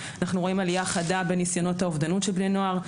אנחנו רואים עלייה חדה בניסיונות האובדנות של בני נוער,